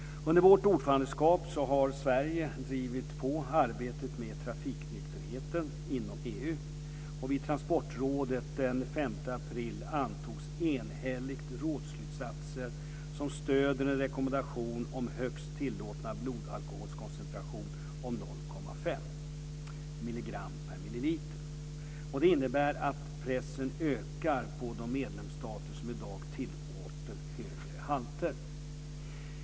Under vårt ordförandeskap har Sverige drivit på arbetet med trafiknykterheten inom EU. Vid transportrådet den 5 april antogs enhälligt rådsslutsatser som stöder en rekommendation om en högsta tillåtna blodalkoholkoncentration om 0,5 mg/ml. Det innebär att pressen ökar på de medlemsstater som i dag tillåter högre halter.